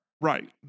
Right